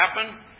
happen